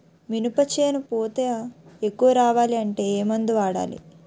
మినప చేను పూత ఎక్కువ రావాలి అంటే ఏమందు వాడాలి?